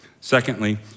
Secondly